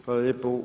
Hvala lijepo.